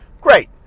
Great